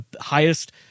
highest